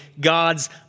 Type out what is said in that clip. God's